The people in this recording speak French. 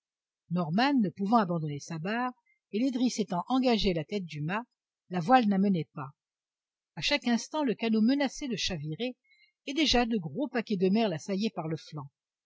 norman ne pouvant abandonner sa barre et les drisses étant engagées à la tête du mât la voile n'amenait pas à chaque instant le canot menaçait de chavirer et déjà de gros paquets de mer l'assaillaient par le flanc